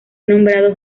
nombrado